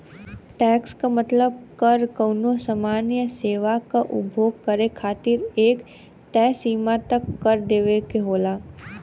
tax क मतलब कर कउनो सामान या सेवा क उपभोग करे खातिर एक तय सीमा तक कर देवे क होला